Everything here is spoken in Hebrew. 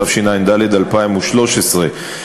התשע"ד 2013,